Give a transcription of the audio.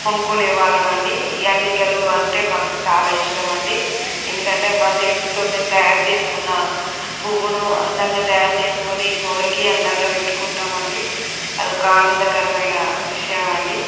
కొనుక్కునే వాళ్ళము అండి ఈ అల్లికలు అంటే మాకు చాలా ఇష్టం అండి ఎందుకంటే మా చేతులతో మేము తయారుచేసుకున్న పువ్వును అందంగా తయారు చేసుకొని గోడకి అందంగా పెట్టుకుంటాము అండి అది ఒక ఆనందకరమైన విషయం అండి